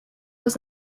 was